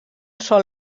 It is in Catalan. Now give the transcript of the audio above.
sol